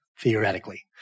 theoretically